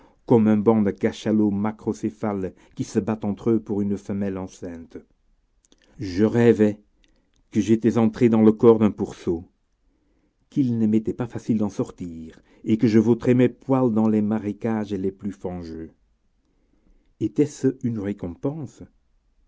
comme un banc de cachalots macrocéphales qui se battent entre eux pour une femelle enceinte je rêvais que j'étais entré dans le corps d'un pourceau qu'il ne m'était pas facile d'en sortir et que je vautrais mes poils dans les marécages les plus fangeux était-ce comme une récompense